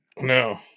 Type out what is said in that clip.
No